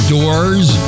Doors